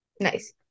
Nice